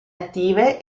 attive